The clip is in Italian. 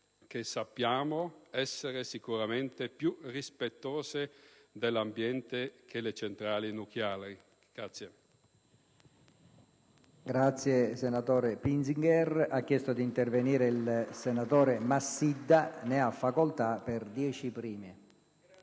che sappiamo essere sicuramente più rispettose dell'ambiente rispetto alle centrali nucleari.